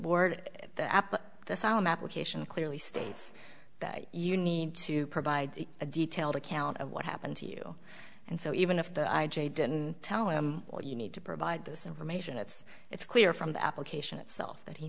board that the solemn application clearly states that you need to provide a detailed account of what happened to you and so even if the i j a didn't tell him or you need to provide this information it's it's clear from the application itself that he